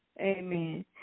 Amen